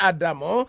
Adamo